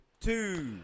Two